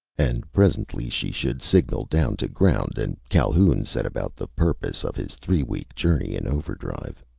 and presently she should signal down to ground and calhoun set about the purpose of his three-week journey in overdrive.